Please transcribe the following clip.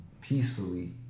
peacefully